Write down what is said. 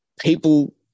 people